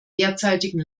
derzeitigen